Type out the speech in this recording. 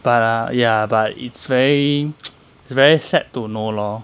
but ah ya but it's very very sad to know lor